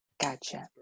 gotcha